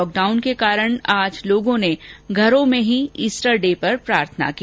lock down के कारण लोगों ने घरों में ही ईस्टर की प्रार्थना की